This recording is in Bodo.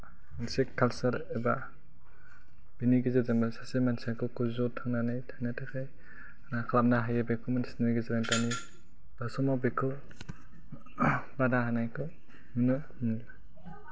मोनसे कालचार एबा बेनि गेजेरजोंबो सासे मानसिया गावखौ जिउआव थांनानै थानो थाखाय मा खालामनो हायो बेखौ मिन्थिनाया जों दानि दा समाव बेखौ बादा होनायखौ नुनो मोनो